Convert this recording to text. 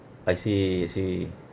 I see I see